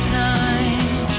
time